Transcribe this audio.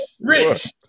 rich